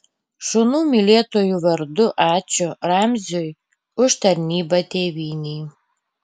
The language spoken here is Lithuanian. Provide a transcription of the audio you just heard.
šunų mylėtojų vardu ačiū ramziui už tarnybą tėvynei